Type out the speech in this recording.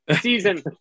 season